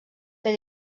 fer